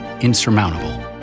insurmountable